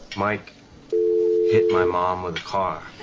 mike hit my mom with a car